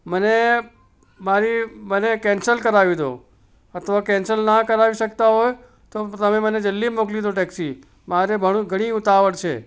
મને મારી મને કેન્સલ કરાવી દો અથવા કેન્સલ ના કરાવી શકતા હોય તો તમે મને જલ્દી મોકલી દો ટેક્સી મારે ઘણું ઘણી ઉતાવળ છે